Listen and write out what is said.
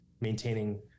maintaining